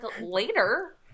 later